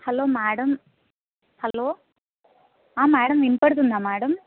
hello madam hello madam వినపడుతుందా madam